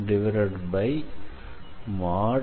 k|